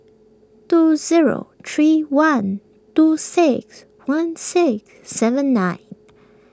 two zero three one two six one sick seven nine